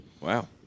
Wow